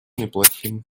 неплохим